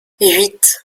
huit